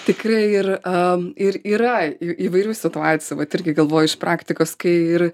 tikrai ir ir yra įvairių situacijų vat irgi galvoju iš praktikos kai ir